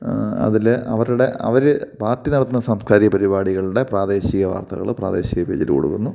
അതിൽ അവരുടെ അവർ പാർട്ടി നടത്തുന്ന സാംസ്കാരിക പരിപാടികളുടെ പ്രാദേശികവാർത്തകൾ പ്രാദേശിക പേജിൽ കൊടുക്കുന്നു